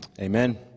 Amen